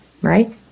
right